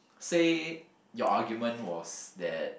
say your argument was that